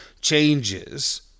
changes